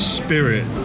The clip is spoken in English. spirit